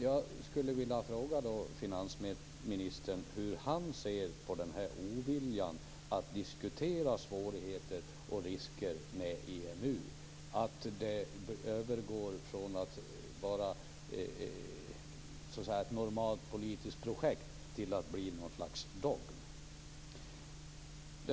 Jag vill då fråga finansministern hur han ser på denna ovilja att diskutera svårigheter och risker med EMU. Från ett normalt politiskt projekt har det övergått till att bli något slags dogm.